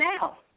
now